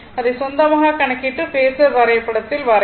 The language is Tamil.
அதை சொந்தமாக கணக்கிட்டு பேஸர் வரைபடத்தில் வரையவும்